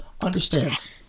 understands